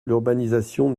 l’urbanisation